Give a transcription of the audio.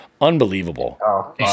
Unbelievable